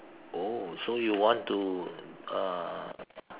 oh so you want to uh